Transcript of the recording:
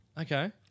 Okay